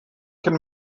can